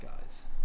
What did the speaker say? guys